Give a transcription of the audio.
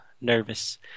nervous